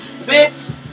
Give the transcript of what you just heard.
bitch